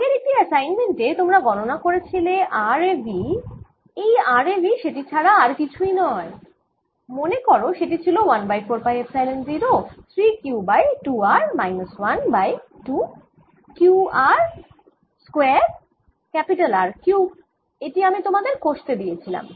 আগের একটি এসাইনমেন্ট এ তোমরা গণনা করেছিলে r এ V এই r এ V সেটি ছাড়া আর কিছুই না মনে কর সেটি ছিল 1 by 4 pi epsilon 0 3 Q by 2 R minus 1 by 2 Q r square R cube এটি আমি তোমাদের কষতে দিয়েছিলাম